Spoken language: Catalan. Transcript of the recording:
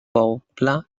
poble